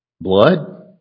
Blood